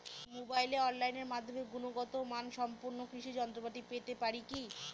মোবাইলে অনলাইনের মাধ্যমে গুণগত মানসম্পন্ন কৃষি যন্ত্রপাতি পেতে পারি কি?